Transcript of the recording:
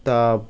তা